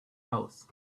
house